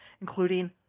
including